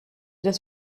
das